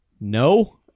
no